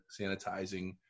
sanitizing